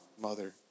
mother